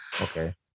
okay